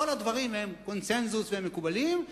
כל הדברים הם קונסנזוס ומקובלים,